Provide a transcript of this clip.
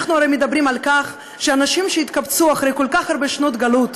אנחנו הרי אומרים שאנשים התקבצו אחרי כל כך הרבה שנות גלות,